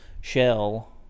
shell